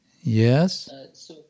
Yes